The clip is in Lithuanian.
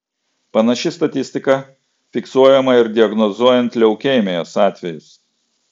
panaši statistika fiksuojama ir diagnozuojant leukemijos atvejus